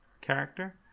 character